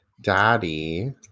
Daddy